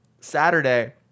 Saturday